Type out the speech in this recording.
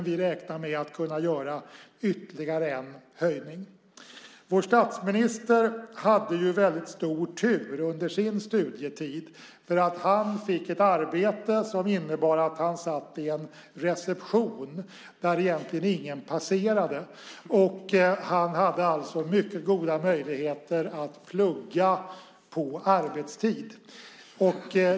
Vi räknar med att kunna göra ytterligare en höjning. Vår statsminister hade väldigt stor tur under sin studietid. Han fick ett arbete som innebar att han satt i en reception där egentligen ingen passerade. Han hade alltså mycket goda möjligheter att plugga på arbetstid.